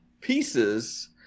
pieces